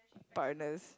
partners